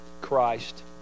Christ